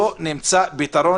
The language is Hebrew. פה נמצא פתרון,